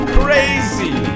crazy